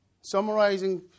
Summarizing